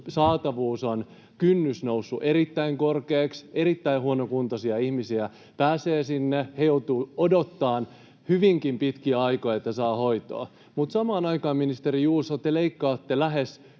saatavuuden kynnys on noussut erittäin korkeaksi, sinne pääsee erittäin huonokuntoisia ihmisiä, he joutuvat odottamaan hyvinkin pitkiä aikoja, että saavat hoitoa. Mutta samaan aikaan, ministeri Juuso, te leikkaatte